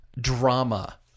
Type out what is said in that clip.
drama